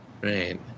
Right